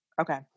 Okay